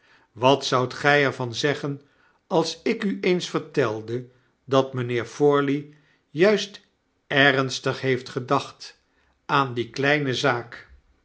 wat zoudt gy er van zeggen alsik u eens vertelde dat mynheer forley juist erastig heeft gedacht aan die kleine zaak